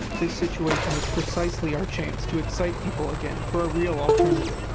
this situation is precisely our chance to excite people again for a real alternative,